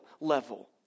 level